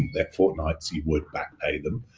that fortnights you would back pay them.